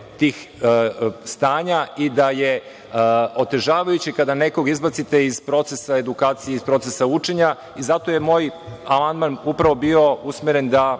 tih stanja i da je otežavajuće kada nekoga izbacite iz procesa edukacije, iz procesa učenja. Zato je moj amandman upravo bio usmeren da